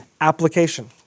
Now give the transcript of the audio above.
application